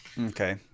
Okay